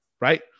right